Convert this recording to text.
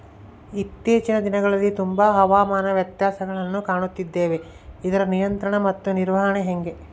ಇತ್ತೇಚಿನ ದಿನಗಳಲ್ಲಿ ತುಂಬಾ ಹವಾಮಾನ ವ್ಯತ್ಯಾಸಗಳನ್ನು ಕಾಣುತ್ತಿದ್ದೇವೆ ಇದರ ನಿಯಂತ್ರಣ ಮತ್ತು ನಿರ್ವಹಣೆ ಹೆಂಗೆ?